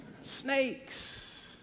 snakes